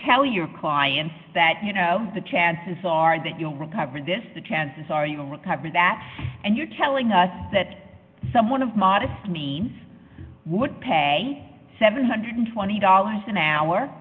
tell your clients that you know the chances are that you'll recover this the chances are you will recover that and you're telling us that someone of modest means would pay seven hundred and twenty dollars an hour